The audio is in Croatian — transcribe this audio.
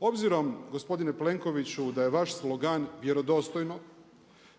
Obzirom gospodine Plenkoviću da je vaš slogan „Vjerodostojno“,